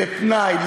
לפנאי,